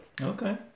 Okay